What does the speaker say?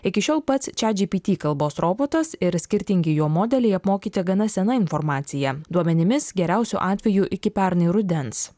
iki šiol pats chatgpt kalbos robotas ir skirtingi jo modeliai apmokyti gana sena informacija duomenimis geriausiu atveju iki pernai rudens